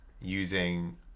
using